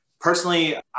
personally